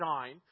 shine